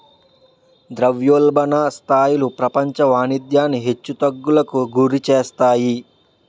ద్రవ్యోల్బణ స్థాయిలు ప్రపంచ వాణిజ్యాన్ని హెచ్చు తగ్గులకు గురిచేస్తాయి